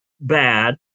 bad